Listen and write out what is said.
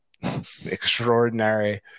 extraordinary